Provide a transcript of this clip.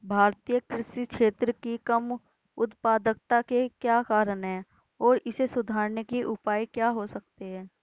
भारतीय कृषि क्षेत्र की कम उत्पादकता के क्या कारण हैं और इसे सुधारने के उपाय क्या हो सकते हैं?